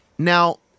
Now